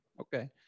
Okay